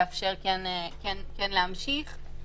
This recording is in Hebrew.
לכן להתפתח עסקית,